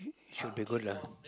should be good lah